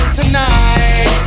tonight